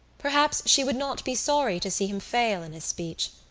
perhaps she would not be sorry to see him fail in his speech.